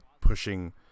pushing